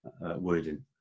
wording